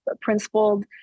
principled